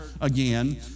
again